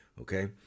Okay